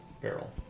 Barrel